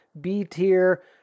B-tier